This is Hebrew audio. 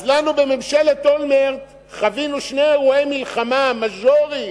אז למה בממשלת אולמרט חווינו שני אירועי מלחמה מאז'וריים,